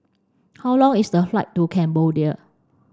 how long is the flight to Cambodia